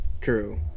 True